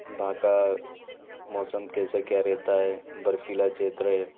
वहाँ का मौसम कैसा क्या रेहता है बर्फ़ीला क्षेत्र है